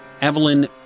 Evelyn